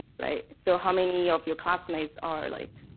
right? so, how many of your classmates are like,